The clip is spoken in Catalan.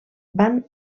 van